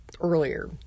earlier